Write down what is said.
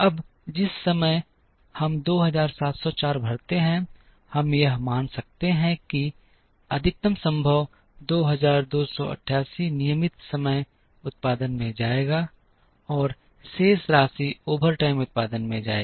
अब जिस समय हम 2704 भरते हैं हम यह मान सकते हैं कि अधिकतम संभव 2288 नियमित समय उत्पादन में जाएगा और शेष राशि ओवरटाइम उत्पादन में जाएगी